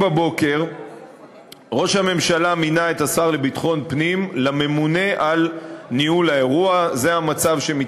ב-09:00 השר לביטחון פנים כינס הערכת מצב